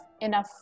enough